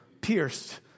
pierced